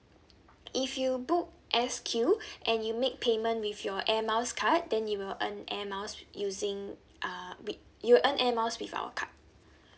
if you book S_Q and you make payment with your air miles card then you will earn air miles using uh wi~ you earn air miles with our card